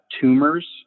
tumors